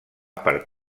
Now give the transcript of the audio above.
per